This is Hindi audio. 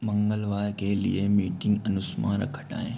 मंगलवार के लिए मीटिंग अनुस्मारक हटाएँ